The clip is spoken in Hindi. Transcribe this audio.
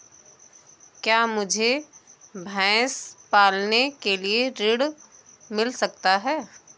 क्या मुझे भैंस पालने के लिए ऋण मिल सकता है?